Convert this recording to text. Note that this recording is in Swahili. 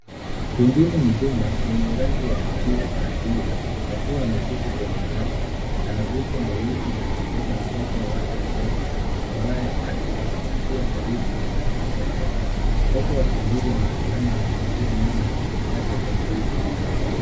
Tumbili mzima, mwenye rangi ya kijivu kahawia, akiwa ameketi kwenye nyasi. Ana uso mweusi na amebeba mtoto wake mdogo, ambaye akimkumbatia karibu na kifua chake. Mtoto wa tumbili anaonekana kushikilia mama yake kwa nguvu.